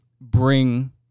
bring